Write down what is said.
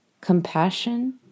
compassion